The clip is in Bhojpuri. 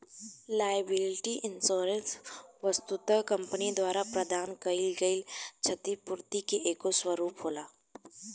लायबिलिटी इंश्योरेंस वस्तुतः कंपनी द्वारा प्रदान कईल गईल छतिपूर्ति के एगो स्वरूप होला